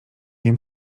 wiem